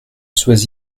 sois